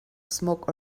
smoke